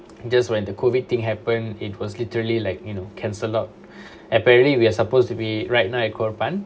just when the COVID thing happened it was literally like you know canceled out apparently we're supposed to be right now in korpan